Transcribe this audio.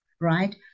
right